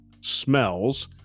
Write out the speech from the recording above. smells